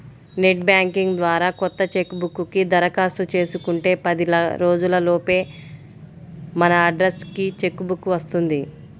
net banking ద్వారా కొత్త cheque book కి దరఖాస్తు చేసుకుంటే పది రోజుల లోపే మన అడ్రస్ కి చెక్ బుక్ వస్తుంది